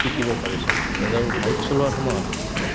শিকিব পাৰিছোঁ বাইক চলোৱাৰ সময়ত